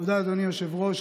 תודה, אדוני היושב-ראש.